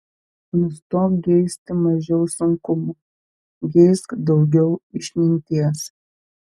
nustok geisti mažiau sunkumų geisk daugiau išminties